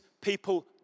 people